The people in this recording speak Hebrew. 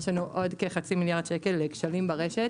יש לנו עוד כחצי מיליארד שקלים לכשלים ברשת,